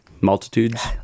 multitudes